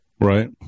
Right